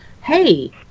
hey